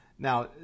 Now